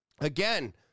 again